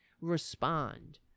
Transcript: respond